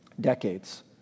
decades